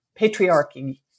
patriarchy